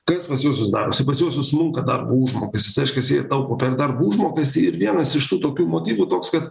kas pas juosiuos darosi pas juosiuos susmunka darbo užmokestis reiškias jie taupo per darbo užmokestį ir vienas iš tų tokių motyvų toks kad